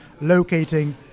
locating